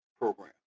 program